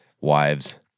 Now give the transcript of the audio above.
wives